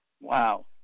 Wow